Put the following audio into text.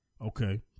Okay